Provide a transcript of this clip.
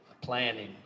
planning